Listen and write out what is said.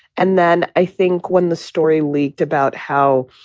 and then i think when the story leaked about how,